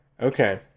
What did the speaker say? Okay